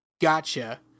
gotcha